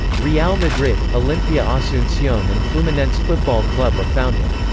real madrid, olimpia asuncion and fluminense football club are founded.